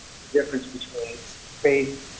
difference between faith,